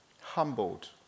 Humbled